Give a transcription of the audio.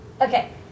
okay